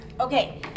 Okay